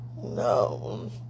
No